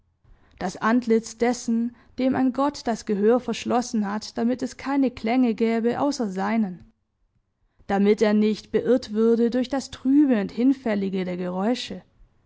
das antlitz dessen dem ein gott das gehör verschlossen hat damit es keine klänge gäbe außer seinen damit er nicht beirrt würde durch das trübe und hinfällige der geräusche